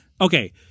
Okay